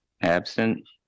absent